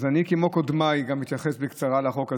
אני כמו קודמיי גם אתייחס בקצרה לחוק הזה.